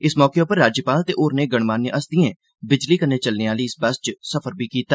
इस मौके उप्पर राज्यपाल ते होरने गणमान्य हस्तियें बिजली कन्नै चलने आली इस बस च सफर बी कीता